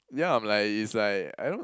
yeah I'm like it's like I don't